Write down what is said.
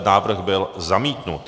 Návrh byl zamítnut.